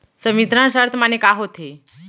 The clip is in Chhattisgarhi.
संवितरण शर्त माने का होथे?